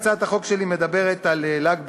הצעת החוק שלי מדברת על ל"ג בעומר,